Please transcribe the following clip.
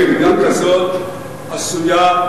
רעידה כזאת עשויה,